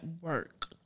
work